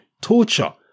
Torture